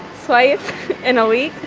twice in a week